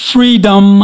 Freedom